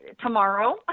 Tomorrow